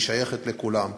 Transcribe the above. היא שייכת לכולם.